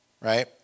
right